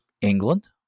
England